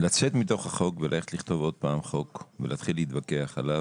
לצאת מתוך החוק וללכת לכתוב עוד פעם חוק ולהתחיל להתווכח עליו,